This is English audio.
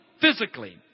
physically